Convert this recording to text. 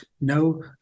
no